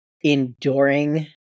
enduring